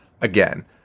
again